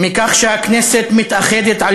מכך שהכנסת מתאחדת,